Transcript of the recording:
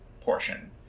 portion